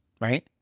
right